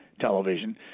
television